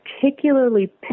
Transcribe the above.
particularly